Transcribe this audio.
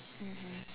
mmhmm